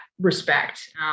respect